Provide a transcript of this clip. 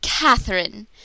Catherine